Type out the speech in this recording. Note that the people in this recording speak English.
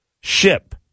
ship